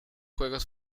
juegos